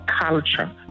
culture